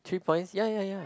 three points ya ya ya